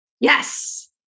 Yes